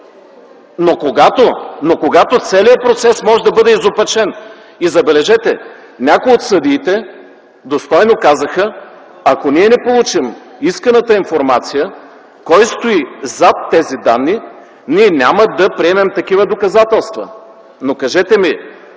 но когато целият процес може да бъде изопачен. Забележете, някои от съдиите достойно казаха: ако ние не получим исканата информация кой стои зад тези данни, ние няма да приемем такива доказателства. Но кажете ми